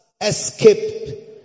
escape